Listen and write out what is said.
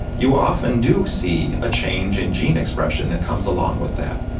you often do see a change in gene expression that comes along with that.